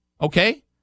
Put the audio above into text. Okay